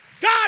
God